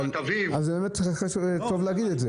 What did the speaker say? אז באמת טוב להגיד את זה.